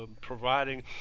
providing